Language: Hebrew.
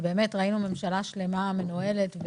הוא שראינו ממשלה שלמה מנוהלת,